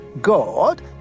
God